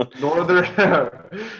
Northern